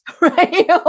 right